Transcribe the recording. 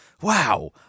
Wow